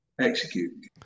execute